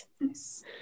Nice